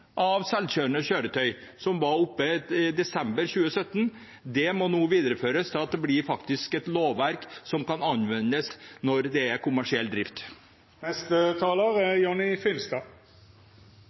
av selvkjørende kjøretøy, som vi behandlet i desember 2017, må nå videreføres, slik at det blir et lovverk som faktisk kan anvendes når det er kommersiell drift. Dette er